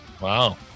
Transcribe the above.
Wow